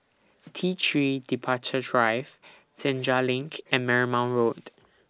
T three Departure Drive Senja LINK and Marymount Road